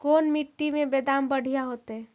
कोन मट्टी में बेदाम बढ़िया होतै?